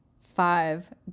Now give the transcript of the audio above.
Five